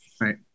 Right